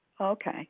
Okay